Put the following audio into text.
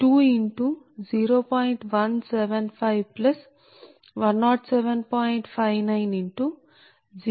0000825